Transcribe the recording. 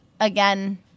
again